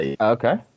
okay